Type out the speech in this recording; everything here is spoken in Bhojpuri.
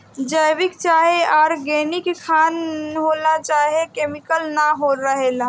जैविक चाहे ऑर्गेनिक खाना उ होला जेमे केमिकल ना रहेला